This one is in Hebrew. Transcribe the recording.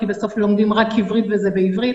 כי בסוף לומדים רק עברית וזה בעברית,